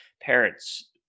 parents